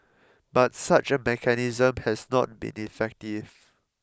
but such a mechanism has not been effective